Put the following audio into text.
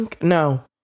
no